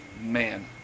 Man